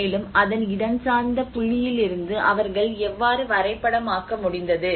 மேலும் அதன் இடஞ்சார்ந்த புள்ளியிலிருந்து அவர்கள் எவ்வாறு வரைபடமாக்க முடிந்தது